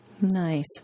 Nice